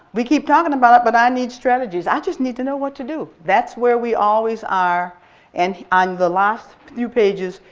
we keep talking about it, but i need strategies. i just need to know what to do. that's where we always are and on the last few pages,